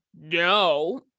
no